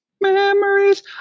Memories